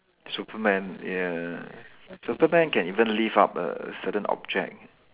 superman ya superman can even lift up a certain object